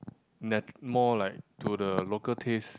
net more like to the local taste